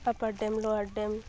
upper dam lower dam